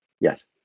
yes